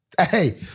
Hey